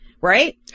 right